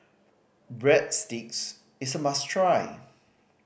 breadsticks is a must try